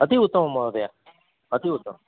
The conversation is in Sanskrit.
अति उत्तमं महोदय अति उत्तमम्